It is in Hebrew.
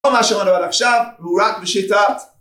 כל מה ששמענו עד עכשיו הוא רק בשיטת